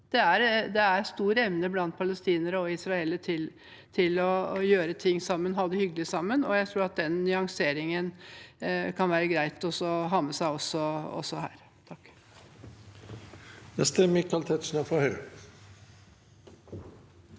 Det er stor evne blant palestinere og israelere til å gjøre ting sammen, ha det hyggelig sammen, og jeg tror at den nyanseringen kan det være greit å ha med seg også her.